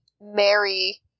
Mary